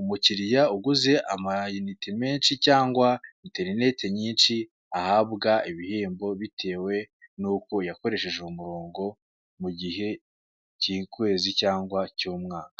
umukiliya uguze amayinite menshi cyangwa interineti nyinshi ahabwa ibihembo bitewe nuko yakoresheje umurongo mu gihe cy'ukwezi cyangwa cy'umwaka.